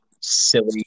silly